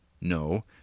no